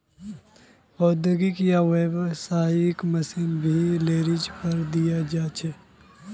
औद्योगिक या व्यावसायिक मशीन भी लीजेर पर दियाल जा छे